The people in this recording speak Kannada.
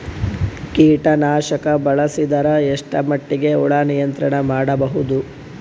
ಕೀಟನಾಶಕ ಬಳಸಿದರ ಎಷ್ಟ ಮಟ್ಟಿಗೆ ಹುಳ ನಿಯಂತ್ರಣ ಮಾಡಬಹುದು?